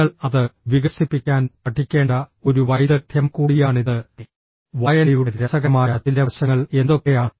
നിങ്ങൾ അത് വികസിപ്പിക്കാൻ പഠിക്കേണ്ട ഒരു വൈദഗ്ദ്ധ്യം കൂടിയാണിത് വായനയുടെ രസകരമായ ചില വശങ്ങൾ എന്തൊക്കെയാണ്